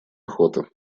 охота